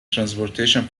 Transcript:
transportation